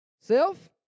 Self